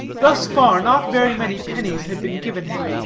thus far not very many pennies had been given him,